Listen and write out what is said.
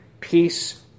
peace